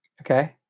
Okay